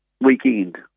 weekend